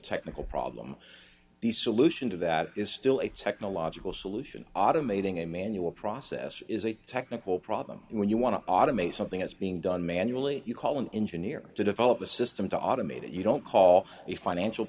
technical problem the solution to that is still a technological solution automating a manual process is a technical problem and when you want to automate something that's being done manually you call an engineer to develop a system to automate it you don't call a financial